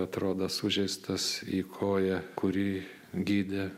atrodo sužeistas į koją kurį gydė